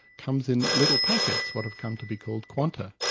comes in little packets, what have come to be called quanta.